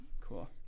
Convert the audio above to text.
Cool